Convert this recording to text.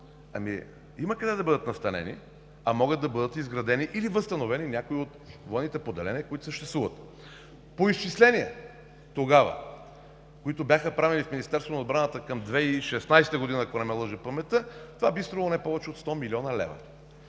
Ами, има къде да бъдат настанени. А могат да бъдат изградени или възстановени някои от военните поделения, които съществуват. По изчисления тогава, които бяха правени в Министерството на отбраната към 2016 г., ако не ме лъже паметта, това би струвало не повече от 100 млн. лв.